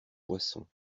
poisson